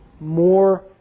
More